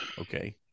Okay